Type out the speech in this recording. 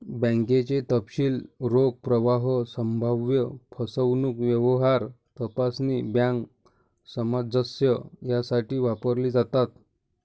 बँकेचे तपशील रोख प्रवाह, संभाव्य फसवणूक, व्यवहार तपासणी, बँक सामंजस्य यासाठी वापरले जातात